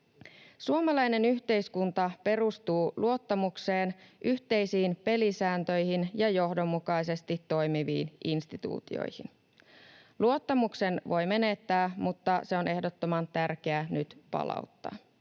Suomalainen yhteiskunta perustuu luottamukseen, yhteisiin pelisääntöihin ja johdonmukaisesti toimiviin instituutioihin. Luottamuksen voi menettää, mutta se on ehdottoman tärkeää nyt palauttaa.